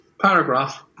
paragraph